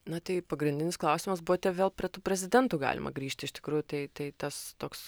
na tai pagrindinis klausimas buvo tie vėl prie tų prezidentų galima grįžti iš tikrųjų tai tai tas toks